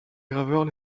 graveurs